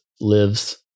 lives